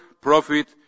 profit